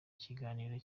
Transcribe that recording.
ikiganiro